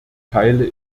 teile